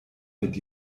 mit